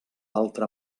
altra